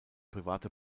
private